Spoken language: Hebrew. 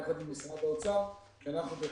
יחד עם משרד האוצר, כי אנחנו בהחלט,